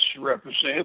represent